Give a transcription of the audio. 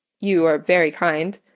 you are very kind,